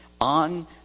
on